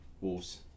Wolves